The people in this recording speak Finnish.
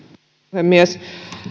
puhemies